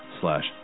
slash